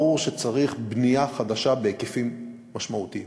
ברור שצריך בנייה חדשה בהיקפים משמעותיים,